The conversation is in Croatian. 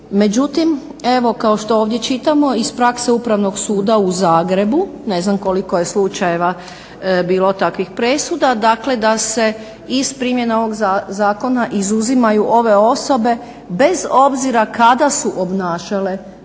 Međutim evo kao što ovdje čitamo iz prakse upravnog suda u Zagrebu, ne znam koliko je slučajeva bilo takvih presuda dakle da se iz primjena ovog zakona izuzimaju ove osobe bez obzira kada su obnašale tu